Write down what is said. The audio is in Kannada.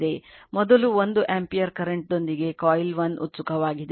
ಮೊದಲು 1 ಆಂಪಿಯರ್ ಕರೆಂಟ್ ದೊಂದಿಗೆ ಕಾಯಿಲ್ 1 ಉತ್ಸುಕವಾಗಿದೆ